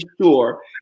sure